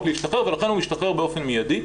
להשתחרר ולכן הוא משתחרר באופן מיידי,